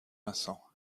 vincent